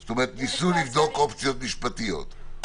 זאת אומרת שניסו לבדוק אופציות משפטיות.